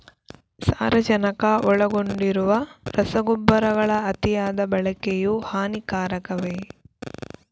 ಸಾರಜನಕ ಒಳಗೊಂಡಿರುವ ರಸಗೊಬ್ಬರಗಳ ಅತಿಯಾದ ಬಳಕೆಯು ಹಾನಿಕಾರಕವೇ?